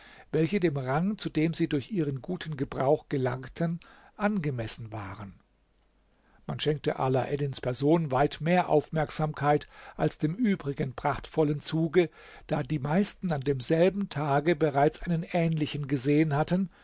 welche dem rang zu dem sie durch ihren guten gebrauch gelangten angemessen waren man schenkte alaeddins person weit mehr aufmerksamkeit als dem übrigen prachtvollen zuge da die meisten an demselben tage bereits einen ähnlichen gesehen hatten